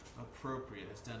appropriate